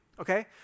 okay